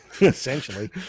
Essentially